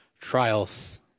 trials